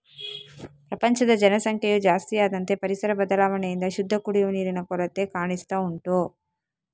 ಪ್ರಪಂಚದ ಜನಸಂಖ್ಯೆಯು ಜಾಸ್ತಿ ಆದಂತೆ ಪರಿಸರ ಬದಲಾವಣೆಯಿಂದ ಶುದ್ಧ ಕುಡಿಯುವ ನೀರಿನ ಕೊರತೆ ಕಾಣಿಸ್ತಾ ಉಂಟು